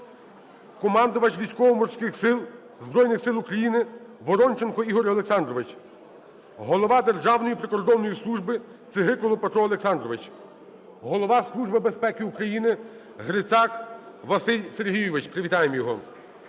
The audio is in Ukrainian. командувач Військово-Морських Сил Збройних Сил України Воронченко Ігор Олександрович; голова Державної прикордонної служби Цигикал Петро Олександрович; Голова Служби безпеки України Грицак Василь Сергійович. Привітаємо його.